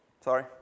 Sorry